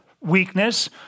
weakness